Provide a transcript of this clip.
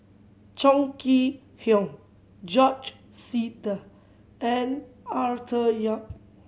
Chong Kee Hiong George Sita and Arthur Yap